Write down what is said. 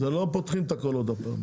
אנחנו לא פותחים את הכל עוד פעם.